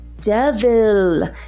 devil